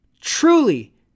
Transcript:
truly